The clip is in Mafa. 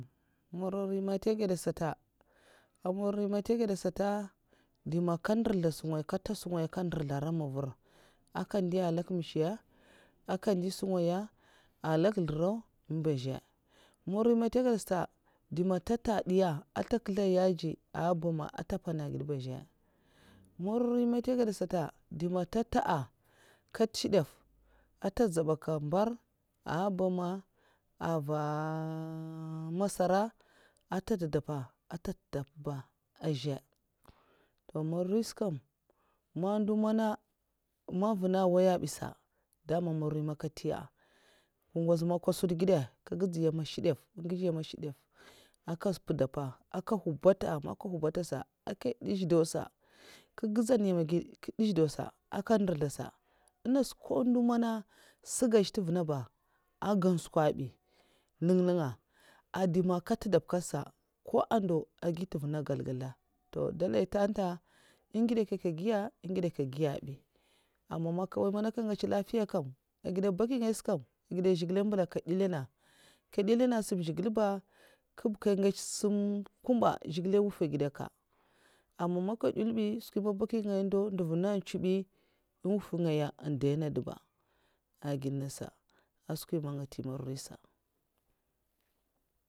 Mborori'man ntè gèda sata sata, ndè man nkè ndrizlè ara mahvar aka ndèya a nlèm misiya aka ndiy'sungaya a nlèk nslraw'èm bazhè mborori man ntè gada sata ndè mantètè a ndiya a yaji an bama at ntè ndiy sunta bazhè to mborori ska man ndo man è nwoy bè ko ndo man sugar ntèv ba ndèiy sungaya èh gèn sukwa bi nlin'nlin nga dè man nka ntèda'ba nkèt saba ko n' agi nkèt ntènga ngèzl gèzl a ndèv'man daman mnorori man nka ntiya sa nkè zlubwata'a nka ndizè dè nyèm nausa ngu ngwudzèn nyèm è gèd mka za dizè dausa nko ndo man sukwur ndè ndèv nènga ba èn gèd sèkwa bi èngidè kyèkyè ah guiya bi amam man nkè n'woy ngè ngèts lafiya nvu ngaya sa aga gèd'a baki'ngaya sa kam èg gèd zhigilè nkè ndèlè na èh sum zhigilè ba kib nga nkèts skwi kumba zhigilè n'woy ka èh gèd ka ama man nka n'woya sa ko baki nagay ndo ndèv ngèsl saba èn dèy n dèb a èh gèd nasa ah skwi man nga ntè mboriri sa